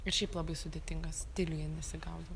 ir šiaip labai sudėtingas stiliuje nesigaudau